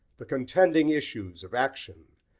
the contending issues of action,